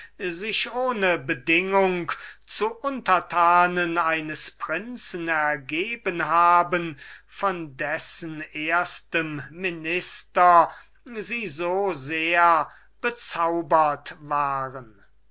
sich ohne bedingung zu untertanen eines prinzen ergeben haben von dessen minister sie so sehr bezaubert waren